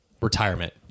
retirement